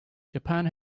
japan